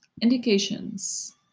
Indications